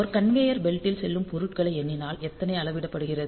ஒரு கன்வேயர் பெல்ட்டில் செல்லும் பொருட்களை எண்ணினால் எத்தனை அளவிடப்படுகிறது